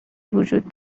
وجود